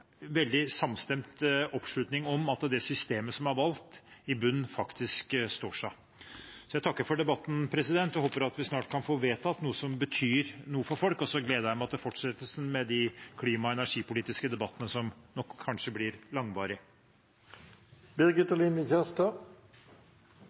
veldig samstemt oppslutning om at det systemet som er valgt i bunnen, faktisk står seg. Jeg takker for debatten og håper at vi snart kan få vedtatt noe som betyr noe for folk. Og så gleder jeg meg til fortsettelsen med de klima- og energipolitiske debattene, som nok kanskje blir